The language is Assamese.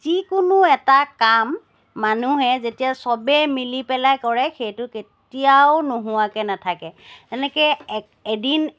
যিকোনো এটা কাম মানুহে যেতিয়া চবেই মিলি পেলাই কৰে সেইটো কেতিয়াও নোহোৱাকৈ নাথাকে এনেকৈ এ এদিন